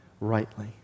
rightly